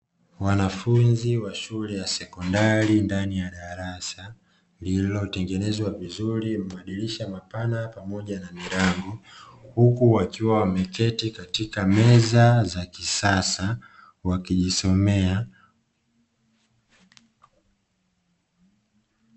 Wanafunzi wa shule ya sekondari ndani ya darasa lililo tengenezwa vizuri , madirisha mapana pamoja na milango, huku wakiwa wameketi katika meza za kisasa wakijisomea.